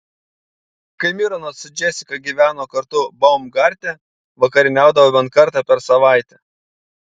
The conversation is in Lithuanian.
kai mironas su džesika gyveno kartu baumgarte vakarieniaudavo bent kartą per savaitę